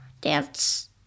dance